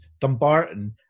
Dumbarton